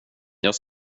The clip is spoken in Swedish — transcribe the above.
jag